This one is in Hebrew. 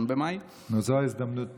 זו הזדמנות לסיים.